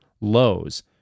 lows